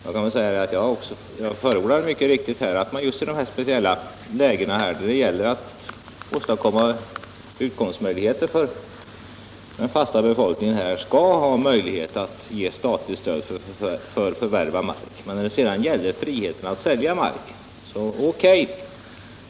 Jag förordar mycket riktigt att man just i de här speciella lägena, då det gäller att åstadkomma utkomstmöjligheter för den fasta befolkningen = Nr 107 i skärgården, skall kunna ge statligt stöd till förvärv av mark. Och när Onsdagen den det sedan gäller friheten att sälja mark, så O.K.